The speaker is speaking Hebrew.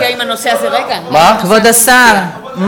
כבוד השר,